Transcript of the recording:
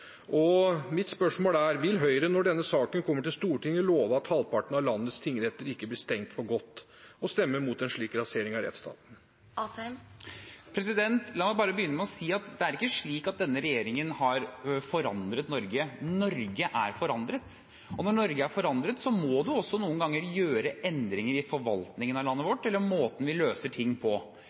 tingsrettsstruktur. Mitt spørsmål er: Vil Høyre, når denne saken kommer til Stortinget, love at halvparten av landets tingretter ikke blir stengt for godt, og stemme mot en slik rasering av rettsstaten? La meg begynne med å si at det ikke er slik at denne regjeringen har forandret Norge. Norge er forandret, og når Norge er forandret, må man noen ganger også gjøre endringer i forvaltningen av landet vårt eller i måten vi løser ting på.